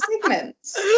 segments